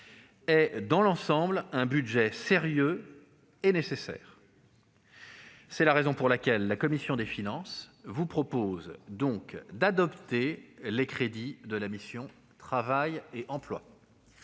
est, dans l'ensemble, un budget sérieux et nécessaire. C'est pourquoi la commission des finances recommande au Sénat d'adopter les crédits de la mission « Travail et emploi ».